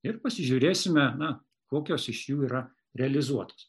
ir pasižiūrėsime na kokios iš jų yra realizuotos